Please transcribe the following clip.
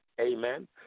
Amen